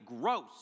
gross